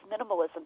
minimalism